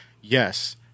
Yes